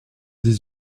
dix